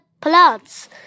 plants